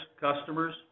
customers